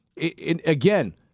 again